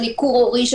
לניכור הורי.